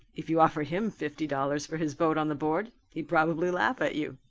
if you offer him fifty dollars for his vote on the board, he'd probably laugh at you.